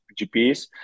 GPs